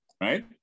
right